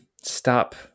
stop